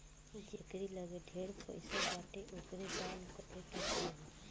जेकरी लगे ढेर पईसा बाटे ओके दान करे के चाही